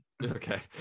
Okay